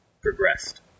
progressed